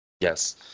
Yes